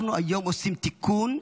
אנחנו היום עושים תיקון,